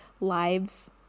lives